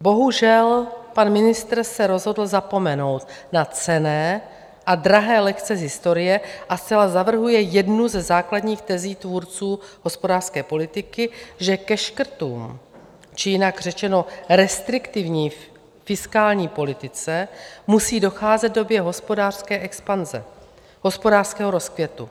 Bohužel, pan ministr se rozhodl zapomenout na cenné a drahé lekce z historie a zcela zavrhuje jednu ze základních tezí tvůrců hospodářské politiky, že ke škrtům, či jinak řečeno restriktivní fiskální politice, musí docházet v době hospodářské expanze, hospodářského rozkvětu.